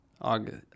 August